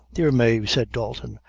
dear mave, said dalton,